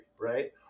right